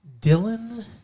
Dylan